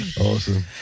Awesome